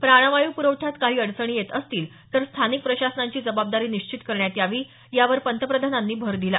प्राणवायू प्रवठ्यात काही अडचणी येत असतील तर स्थानिक प्रशासनांची जबाबदारी निश्चित करण्यात यावी यावर पंतप्रधानांनी यावेळी भर दिला